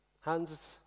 hands